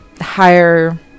higher